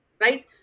right